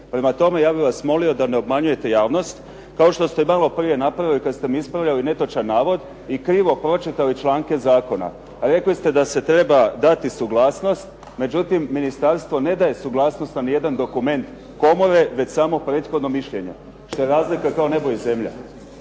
Prema tome, ja bih vas molio da ne obmanjujete javnost kao što ste maloprije napravili kada ste mi ispravljali netočan navod i krivo pročitali članke zakona. Rekli ste da se treba dati suglasnost, međutim ministarstvo ne daje suglasnost na nijedan dokument komore, već samo prethodno mišljenje. To je razlika kao nebo i zemlja.